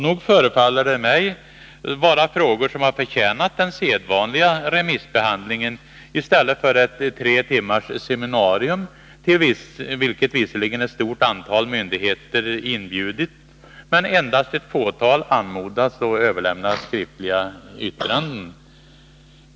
Nog förefaller detta vara frågor som förtjänat den sedvanliga remissbehandlingen i stället för ett tre timmars seminarium, till vilket visserligen ett stort antal myndigheter inbjudits men endast ett fåtal anmodats överlämna skriftliga yttranden.